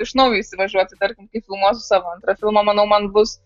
iš naujo įsivažiuoti tarkim kai filmuosiu savo antrą filmą manau man bus